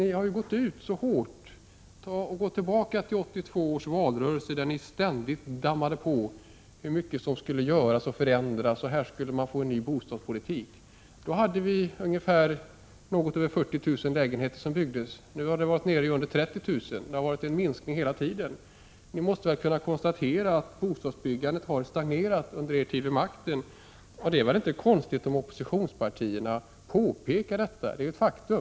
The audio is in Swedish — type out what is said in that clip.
Ni har ju gått ut så hårt. Tänk tillbaka på 1982 års valrörelse, där ni ständigt dammade på hur mycket som skulle göras och förändras: här skulle det bli en ny bostadspolitik! Då byggdes något över 40 000 lägenheter. Nu är antalet nere under 30 000. Det har varit en minskning hela tiden. Nog måste ni kunna konstatera att bostadsbyggandet har stagnerat under er tid vid makten, och det är väl inte konstigt om oppositionspartierna påpekar detta faktum?